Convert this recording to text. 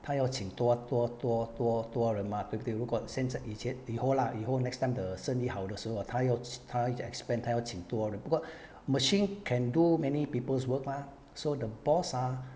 他要请多多多多多人 mah 对不对如果现在以前以后啦以后 next time the 生意好的时候他要请他 expand 他要请多人不过 machine can do many people's work mah so the boss ah